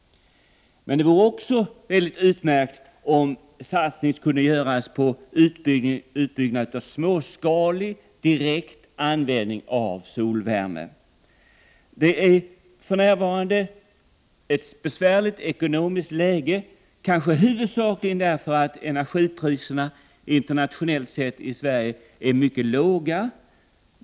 Det vore också utmärkt om man kunde satsa på en utbyggnad av småskalig, direkt användning av solvärme. Det är för närvarande ett besvärligt ekonomiskt läge, kanske huvudsakligen därför att energipriserna internationellt sett i Sverige är mycket låga.